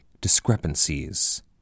discrepancies